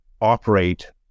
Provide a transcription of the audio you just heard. operate